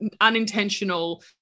unintentional